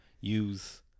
use